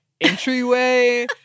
entryway